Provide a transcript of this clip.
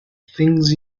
things